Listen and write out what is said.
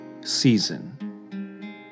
season